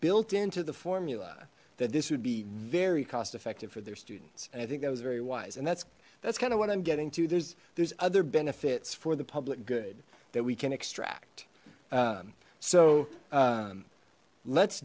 built into the formula that this would be very cost effective for their students and i think that was very wise and that's that's kind of what i'm getting to there's there's other benefits for the public good that we can extract so let's